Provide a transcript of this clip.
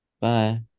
Bye